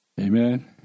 Amen